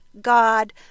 God